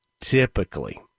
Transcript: typically